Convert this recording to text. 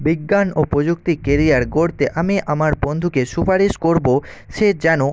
বিজ্ঞান ও প্রযুক্তি কেরিয়ার গড়তে আমি আমার বন্ধুকে সুপারিশ করবো সে যেন